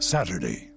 Saturday